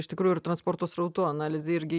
iš tikrųjų ir transporto srautų analizė irgi